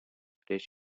prieš